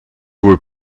were